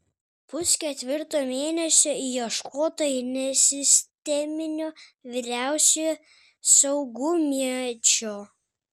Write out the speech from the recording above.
pusketvirto mėnesio ieškota ir nesisteminio vyriausiojo saugumiečio